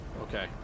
Okay